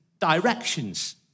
directions